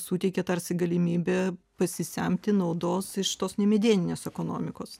suteikia tarsi galimybę pasisemti naudos iš tos nemedieninės ekonomikos